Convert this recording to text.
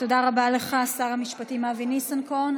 תודה רבה לך, שר המשפטים אבי ניסנקורן.